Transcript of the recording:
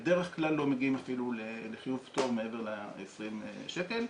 בדרך כלל לא מגיעים אפילו לחיוב פטור מעבר ל-20 שקל,